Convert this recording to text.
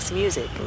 music